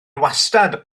wastad